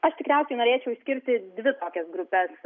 aš tikriausiai norėčiau išskirti dvi tokias grupes